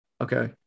Okay